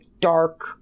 dark